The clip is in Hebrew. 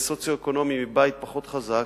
שסוציו-אקונומית הוא מבית פחות חזק,